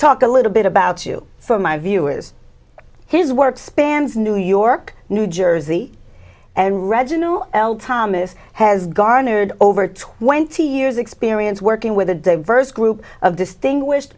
talk a little bit about you from my view is his work spans new york new jersey and regine no thomas has garnered over twenty years experience working with a diverse group of this thing wished